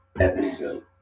episode